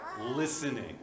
listening